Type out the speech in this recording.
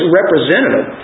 representative